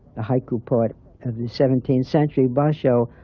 the haiku poet of the seventeenth century, basho,